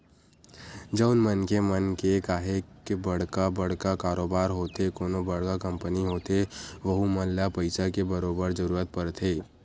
जउन मनखे मन के काहेक बड़का बड़का कारोबार होथे कोनो बड़का कंपनी होथे वहूँ मन ल पइसा के बरोबर जरूरत परथे